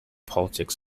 politics